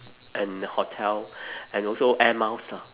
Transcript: and hotel and also air miles lah